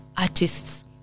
artists